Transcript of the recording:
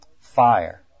fire